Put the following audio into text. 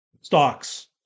stocks